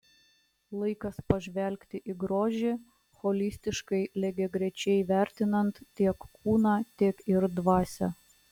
laikas pažvelgti į grožį holistiškai lygiagrečiai vertinant tiek kūną tiek ir dvasią